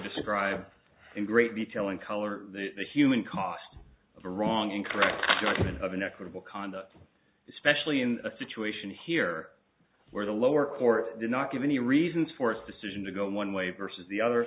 describe in great detail and color the human cost of a wrong incorrect document of an equitable conduct especially in a situation here where the lower court did not give any reasons for its decision to go one way versus the other